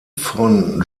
von